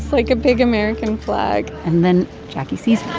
like, a big american flag and then jacquie sees her.